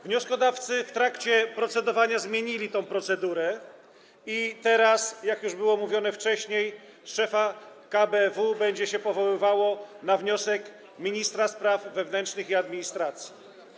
Wnioskodawcy w trakcie procedowania zmienili tę procedurę i teraz, jak już mówiono wcześniej, szefa KBW będzie się powoływało na wniosek ministra spraw wewnętrznych i administracji.